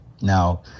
Now